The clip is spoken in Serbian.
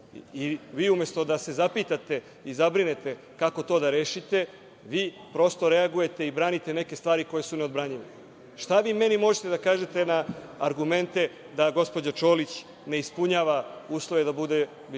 Vi umesto da se zapitate i zabrinete kako to da rešite, vi prosto reagujete i branite neke stvari koje su neodbranjive. Šta vi meni možete da kažete na argumente da gospođa Čolić ne ispunjava uslova da bude viši